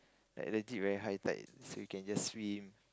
like legit very high tide so you can just swim